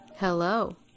Hello